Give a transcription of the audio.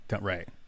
Right